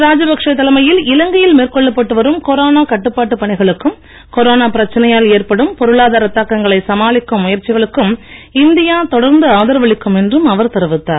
ராஜபக்ஷ தலைமையில் இலங்கையில் மேற்கொள்ளப்பட்டு வரும் கொரோனா கட்டுப்பாட்டு பணிகளுக்கும் கொரோனா பிரச்சனையால் ஏற்படும் பொருளாதார தாக்கங்களை சமாளிக்கும் முயற்சிகளுக்கும் இந்தியா தொடர்ந்து ஆதரவளிக்கும் என்று அவர் தெரிவித்தார்